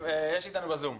ב-זום.